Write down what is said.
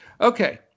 Okay